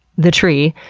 the tree,